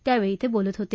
त्यावेळी ते बोलत होते